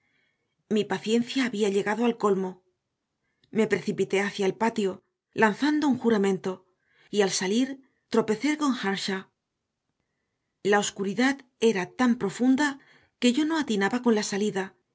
mi paciencia había llegado al colmo me precipité hacia el patio lanzando un juramento y al salir tropecé con earnshaw la oscuridad era tan profunda que yo no atinaba con la salida